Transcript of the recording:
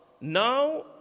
Now